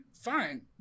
fine